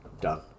done